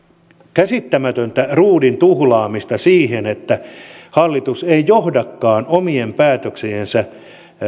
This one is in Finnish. käsittämätöntä ruudin tuhlaamista että hallitus ei johdakaan omien päätöksiensä